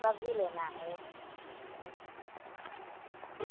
सब्जी लेना है हाँ